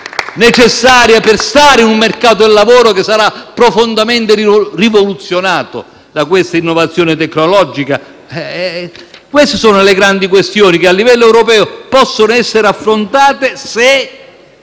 necessarie a stare in un mercato del lavoro che sarà profondamente rivoluzionato da questa innovazione tecnologica. *(Applausi dal Gruppo PD)*. Queste sono le grandi questioni che a livello europeo possono essere affrontate se